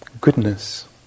goodness